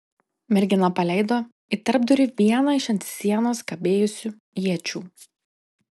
mergina paleido į tarpdurį vieną iš ant sienos kabėjusių iečių